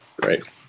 great